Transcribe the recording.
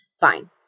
fine